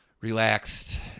relaxed